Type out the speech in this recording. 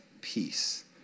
peace